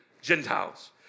Gentiles